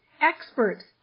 experts